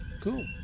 Cool